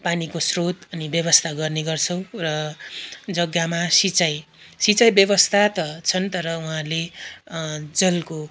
पानीको स्रोत अनि व्यवस्था गर्ने गर्छौँ र जग्गामा सिँचाई सिँचाई व्यवस्था त छन् तर उहाँहरूले जलको